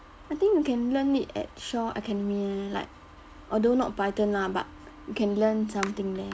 I think you can learn it at shaw academy eh like although not python lah but you can learn something there